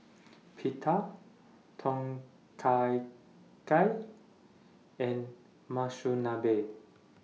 Pita Tom Kha Gai and Monsunabe